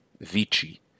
Vici